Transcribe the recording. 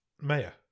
Mayor